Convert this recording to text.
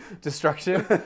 destruction